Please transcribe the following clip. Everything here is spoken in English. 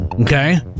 Okay